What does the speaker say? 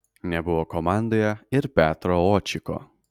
nebuvo komandoje ir petro očiko